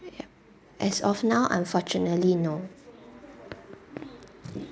as of now unfortunately no